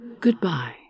Goodbye